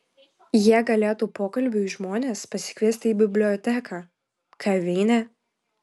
jie galėtų pokalbiui žmones pasikviesti į biblioteką kavinę